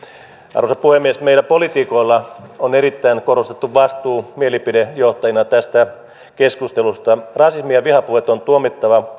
arvoisa puhemies meillä poliitikoilla on erittäin korostettu vastuu mielipidejohtajina tästä keskustelusta rasismi ja vihapuheet on tuomittava